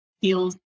feels